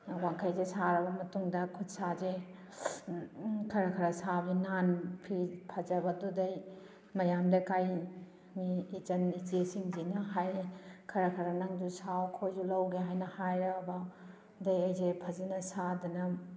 ꯋꯥꯡꯈꯩꯁꯦ ꯁꯥꯔꯕ ꯃꯇꯨꯡꯗ ꯈꯨꯠ ꯁꯥꯁꯦ ꯈꯔ ꯈꯔ ꯁꯥꯕ ꯐꯤ ꯐꯖꯕꯗꯨꯗꯩ ꯃꯌꯥꯝ ꯂꯩꯀꯥꯏ ꯃꯤ ꯏꯆꯟ ꯏꯆꯦꯁꯤꯡꯁꯤꯅ ꯍꯥꯏꯔꯦ ꯈꯔ ꯈꯔ ꯅꯪꯁꯨ ꯁꯥꯎ ꯑꯩꯈꯣꯏꯁꯨ ꯂꯧꯒꯦ ꯍꯥꯏꯅ ꯍꯥꯏꯔꯛꯑꯕ ꯑꯗꯩ ꯑꯩꯁꯦ ꯐꯖꯅ ꯁꯥꯗꯅ